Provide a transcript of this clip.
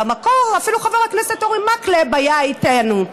במקור, אפילו אורי מקלב היה איתנו.